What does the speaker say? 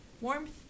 warmth